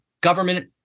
government